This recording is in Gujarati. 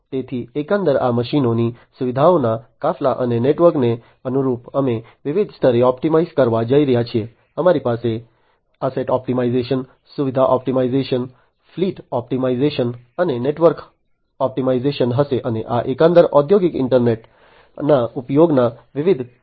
તેથી એકંદરે આ મશીનોની સુવિધાઓના કાફલા અને નેટવર્કને અનુરૂપ અમે વિવિધ સ્તરે ઑપ્ટિમાઇઝ કરવા જઈ રહ્યા છીએ અમારી પાસે એસેટ ઑપ્ટિમાઇઝેશન સુવિધા ઑપ્ટિમાઇઝેશન ફ્લીટ ઑપ્ટિમાઇઝેશન અને નેટવર્ક ઑપ્ટિમાઇઝેશન હશે અને આ એકંદરે ઔદ્યોગિક ઇન્ટરનેટના ઉપયોગના વિવિધ ફાયદા છે